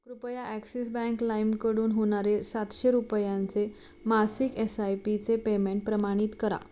कृपया Axis bank लाईमकडून होणारे सातशे रुपयांचे मासिक एस आय पीचे पेमेंट प्रमाणित करा